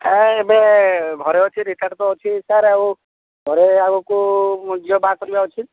ଆଉ ଏବେ ଘରେ ଅଛି ରିଟାୟାର୍ଡ଼ ତ ଅଛି ସାର୍ ଆଉ ଘରେ ଆଗକୁ ଝିଅ ବାହା କରିବାର ଅଛି